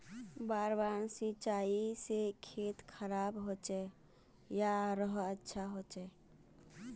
बार बार सिंचाई से खेत खराब होचे या आरोहो अच्छा होचए?